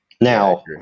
now